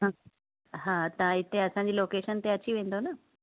हा हा तव्हां हिते असांजी लोकेशन ते अची वेंदव न